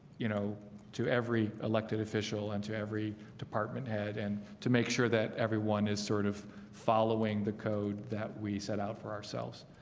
you know to every elected official and to every department head and to make sure that everyone is sort of following the code that we set out for ourselves.